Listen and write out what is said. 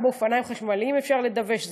גם באופניים חשמליים אפשר לדווש,